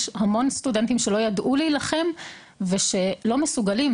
יש המון סטודנטים שלא ידעו להילחם ושלא מסוגלים.